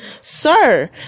Sir